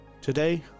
Today